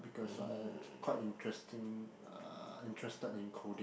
because I'm quite interesting uh interested in coding